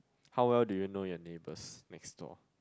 how well do you know your neighbours next door